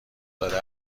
داده